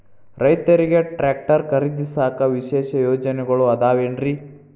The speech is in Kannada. ರೈತರಿಗೆ ಟ್ರ್ಯಾಕ್ಟರ್ ಖರೇದಿಸಾಕ ವಿಶೇಷ ಯೋಜನೆಗಳು ಅದಾವೇನ್ರಿ?